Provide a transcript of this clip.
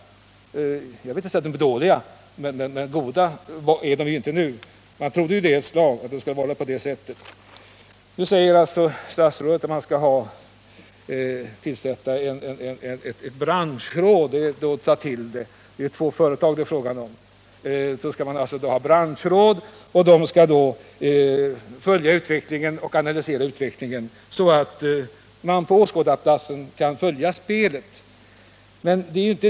Jag vill inte säga att de är dåliga, men goda är de i varje fall inte just nu, fast vi trodde ett slag att de var det. Nu säger statsrådet att man skall tillsätta ett branschråd. Det är också att ta till, eftersom det endast rör sig om två företag. Detta branschråd skall följa utvecklingen och analysera den, så att man på åskådarplats kan följa spelet.